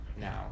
now